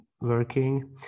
working